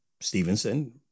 Stevenson